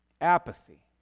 Apathy